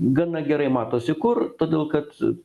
gana gerai matosi kur todėl kad